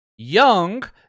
Young